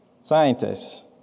scientists